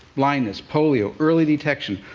blindness, polio early detection,